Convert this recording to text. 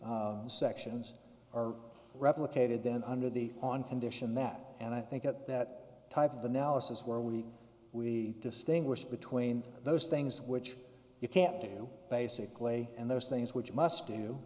sections are replicated then under the on condition that and i think that that type of analysis where we we distinguish between those things which you can't do basically and those things which must do